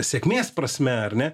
sėkmės prasme ar ne